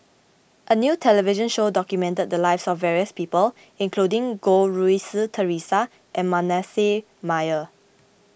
a new television show documented the lives of various people including Goh Rui Si theresa and Manasseh Meyer